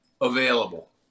available